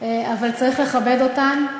אבל צריך לכבד אותן.